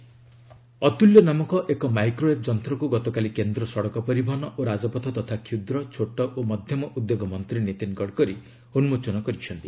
ଅତୁଲ୍ୟ microwave 'Atulya' ନାମକ ଏକ microwave ଯନ୍ତ୍ରକୁ ଗତକାଲି କେନ୍ଦ୍ର ସଡ଼କ ପରିବହନ ଓ ରାଜପଥ ତଥା କ୍ଷୁଦ୍ର ଛୋଟ ଓ ମଧ୍ୟମ ଉଦ୍ୟୋଗ ମନ୍ତ୍ରୀ ନୀତିନ ଗଡ଼କରୀ ଉନ୍ମୋଚନ କରିଛନ୍ତି